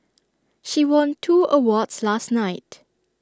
she won two awards last night